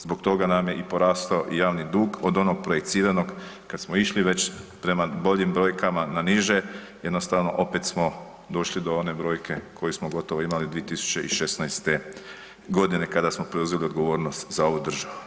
Zbog toga nam je i porastao i javni dug od onog projiciranog, kad smo išli već prema boljim brojkama na niže, jednostavno, opet smo došli do one brojke koju smo gotovo imali 2016. g. kada smo preuzeli odgovornost za ovu državu.